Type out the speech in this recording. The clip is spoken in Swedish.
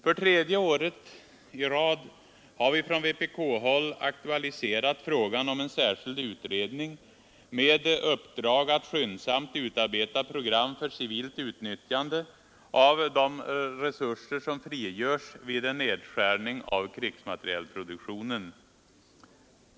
För tredje året i rad har vi från vpk-håll aktualiserat frågan om en särskild utredning med uppdrag att skyndsamt utarbeta program för civilt utnyttjande av de resurser som frigörs vid en nedskärning av krigsmaterielproduktionen.